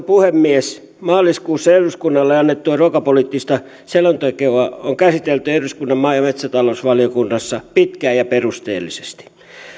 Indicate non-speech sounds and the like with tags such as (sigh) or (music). (unintelligible) puhemies maaliskuussa eduskunnalle annettua ruokapoliittista selontekoa on käsitelty eduskunnan maa ja metsätalousvaliokunnassa pitkään ja perusteellisesti